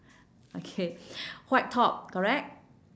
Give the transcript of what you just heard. okay white top correct